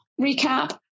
recap